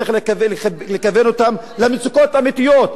צריך לכוון אותם למצוקות האמיתיות.